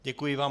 Děkuji vám.